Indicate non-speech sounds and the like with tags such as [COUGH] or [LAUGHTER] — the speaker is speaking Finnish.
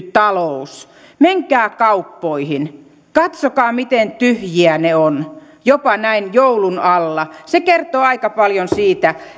[UNINTELLIGIBLE] talous menkää kauppoihin katsokaa miten tyhjiä ne ovat jopa näin joulun alla se kertoo aika paljon siitä